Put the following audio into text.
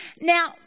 Now